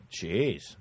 Jeez